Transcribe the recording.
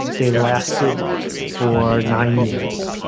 they lasted for nine years,